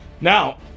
Now